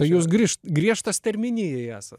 tai jūs grįžt griežtas tarminijai esat